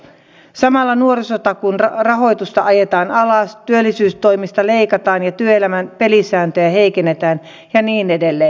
samalla nuorisotakuun rahoitusta ajetaan alas työllisyystoimista leikataan ja työelämän pelisääntöjä heikennetään ja niin edelleen